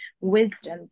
wisdom